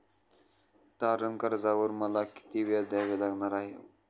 तारण कर्जावर मला किती व्याज द्यावे लागणार आहे?